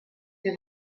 they